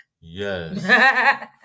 Yes